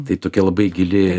tai tokia labai gili